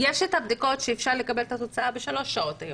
יש את הבדיקות שאפשר לקבל את התוצאה בשלוש שעות.